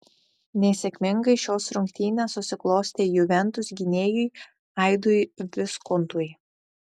nesėkmingai šios rungtynės susiklostė juventus gynėjui aidui viskontui